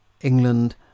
England